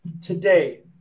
today